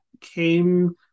came